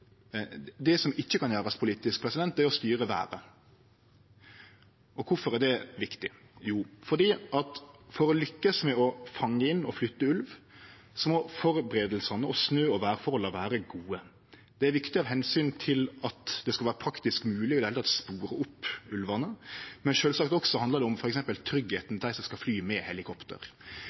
Det som ikkje kan gjerast politisk, er å styre vêret. Kvifor er det viktig? Jo, fordi at for å lukkast med å fange inn og flytte ulv må førebuingane og snø- og vêrforholda vere gode. Det er viktig av omsyn til at det skal vere praktisk mogleg i det heile å spore opp ulvane, men sjølvsagt handlar det også om f.eks. tryggleiken til dei som skal fly med helikopter.